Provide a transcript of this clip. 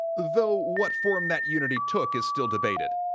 though what form that unity took is still debated.